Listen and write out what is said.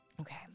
Okay